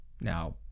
Now